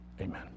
Amen